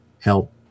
help